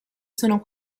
sono